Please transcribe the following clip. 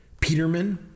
peterman